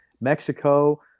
Mexico